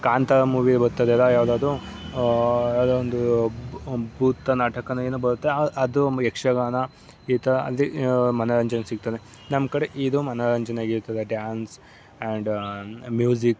ಕಾಂತಾರ ಮೂವೀಲಿ ಬರ್ತದಲ್ಲ ಯಾವ್ದು ಅದು ಅದೊಂದು ಭೂತ ನಾಟಕವೋ ಏನೋ ಬರುತ್ತೆ ಆ ಅದು ಒಂದು ಯಕ್ಷಗಾನ ಈ ಥರ ಅದೇ ಮನೋರಂಜನೆ ಸಿಗ್ತದೆ ನಮ್ಮ ಕಡೆ ಇದು ಮನೋರಂಜನೆ ಆಗಿರ್ತದೆ ಡ್ಯಾನ್ಸ್ ಆ್ಯಂಡ್ ಮ್ಯೂಸಿಕ್